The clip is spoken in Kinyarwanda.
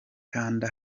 kanda